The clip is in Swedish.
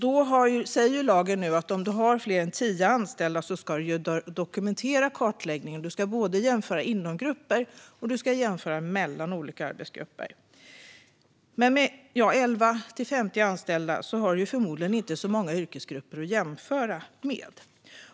Lagen säger nu att om du har fler än tio anställda ska du dokumentera kartläggningen. Du ska jämföra både inom och mellan olika arbetsgrupper. Men med 11-50 anställda har du förmodligen inte så många yrkesgrupper att jämföra med.